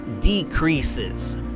decreases